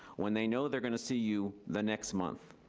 when they know they're gonna see you the next month.